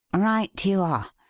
right you are.